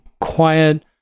quiet